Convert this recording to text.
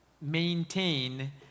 maintain